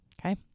Okay